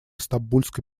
стамбульской